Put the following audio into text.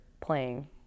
playing